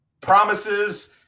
Promises